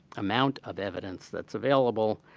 amount of evidence that's available,